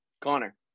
Connor